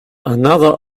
another